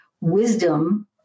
wisdom